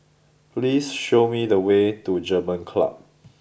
please show me the way to German Club